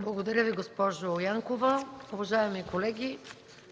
Благодаря Ви, госпожо Янкова. Уважаеми колеги,